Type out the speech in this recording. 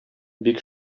бик